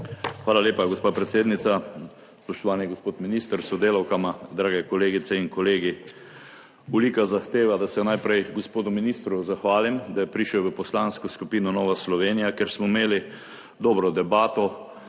Hvala lepa gospa predsednica. Spoštovani gospod minister s sodelavkama, drage kolegice in kolegi! Olika zahteva, da se najprej gospodu ministru zahvalim, da je prišel v Poslansko skupino Nova Slovenija, kjer smo imeli dobro debato